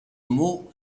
mot